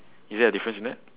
is there a difference in it